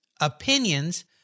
opinions